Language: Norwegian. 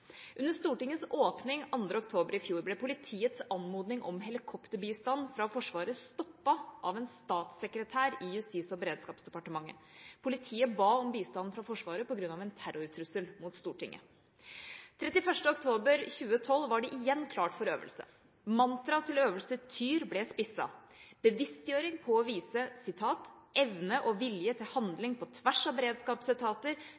Under Stortingets åpning 2. oktober i fjor ble politiets anmodning av helikopterbistand fra Forsvaret stoppet av en statssekretær i Justis- og beredskapsdepartementet. Politiet ba om bistand fra Forsvaret på grunn av en terrortrussel mot Stortinget. Den 31. oktober 2012 var det igjen klart for øvelse. Mantraet til Øvelse Tyr ble spisset. Bevisstgjøring på å vise «evne og vilje til